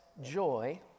joy